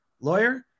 lawyer